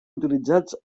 utilitzats